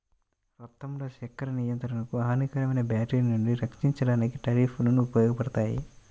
రక్తంలో చక్కెర నియంత్రణకు, హానికరమైన బ్యాక్టీరియా నుండి రక్షించడానికి టర్నిప్ లు ఉపయోగపడతాయి